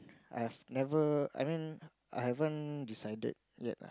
I've never I mean I haven't decided yet ah